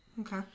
Okay